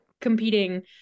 Competing